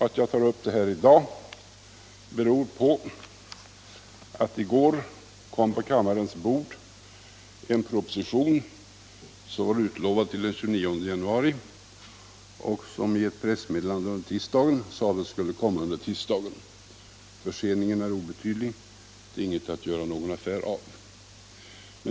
Att jag tar upp den i dag beror på att i går kom på kammarens bord en proposition som var utlovad till torsdagen den 29 januari och som i ett pressmeddelande den följande tisdagen sades skulle komma under tisdagen. Förseningen är obetydlig och ingenting att göra affär av.